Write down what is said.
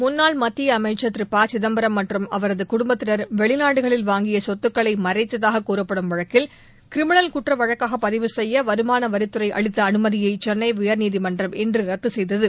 முன்னாள் மத்திய அமைச்சர் திரு ப திதம்பரம் மற்றும் அவரது குடும்பத்தினர் வெளிநாடுகளில் வாங்கிய சொத்துக்களை மறைத்ததாக கூறப்படும் வழக்கில் கிரிமினல் குற்ற வழக்காக பதிவு செய்ய வருமான வரித்துறை அளித்த அனுமதியை சென்னை உயர்நீதிமன்றம் இன்று ரத்து செய்தது